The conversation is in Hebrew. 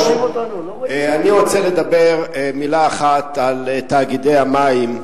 אני רוצה לומר מלה אחת על תאגידי המים,